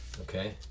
Okay